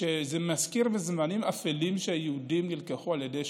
שזה מזכיר זמנים אפלים שהיהודים נלקחו על ידי